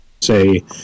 say